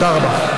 תודה רבה.